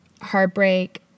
heartbreak